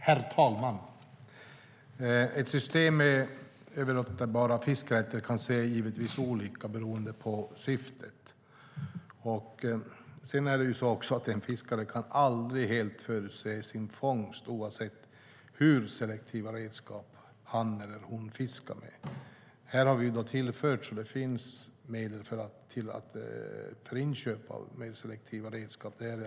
Herr talman! System med överlåtbara fiskerätter kan givetvis se olika ut beroende på syftet. Sedan kan ju en fiskare aldrig helt förutse sin fångst, oavsett hur selektiva redskap han eller hon fiskar med. Vi har tillfört medel för inköp av selektiva redskap.